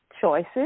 choices